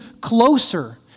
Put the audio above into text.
closer